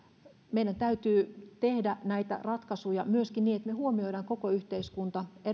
meidän täytyy tehdä näitä ratkaisuja myöskin niin että me huomioimme koko yhteiskunnan